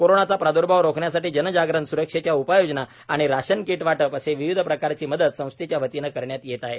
कोरोनाचा प्रादुर्भाव रोखण्यासाठी जनजागरण स्रक्षेच्या उपाययोजना आणि राशन कीट वाटप असे विविध प्रकारची मदत संस्थेच्या वतीने करण्यात येत आहे